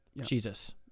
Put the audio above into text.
Jesus